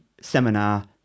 seminar